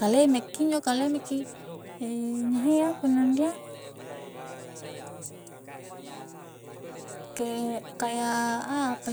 kaleme kinjo kaleme ki nyaha iya punna ni anui kek kayak apa